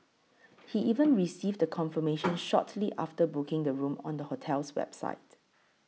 he even received a confirmation shortly after booking the room on the hotel's website